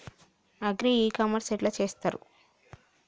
Agri e commerce ఎట్ల చేస్తరు?